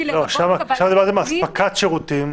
שם דיברתם על אספקת שירותים.